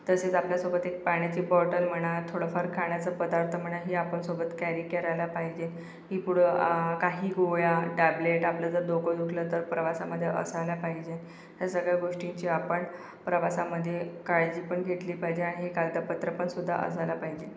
तसेच आपल्यासोबत एक पाण्याची बॉटल म्हणा थोडंफार खाण्याचं पदार्थ म्हणा हे आपण सोबत कॅरी करायला पाहिजे की पुढं काही गोळ्या टॅबलेट आपलं जर डोकं दुखलं तर प्रवासामध्ये असायला पाहिजे ह्या सगळ्या गोष्टींची आपन प्रवासामध्ये काळजी पण घेतली पाहिजे आणि हे कागदंपत्रं पण सुद्धा असायला पाहिजे